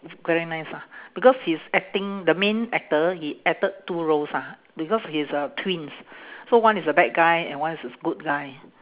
very nice ah because he's acting the main actor he acted two roles ah because he's uh twins so one is the bad guy and one is his good guy